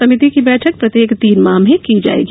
समिति की बैठक प्रत्येक तीन माह में की जाएगी